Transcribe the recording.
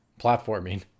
platforming